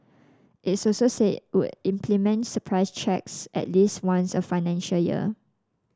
its also said would implement surprise checks at least once a financial year